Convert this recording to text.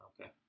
Okay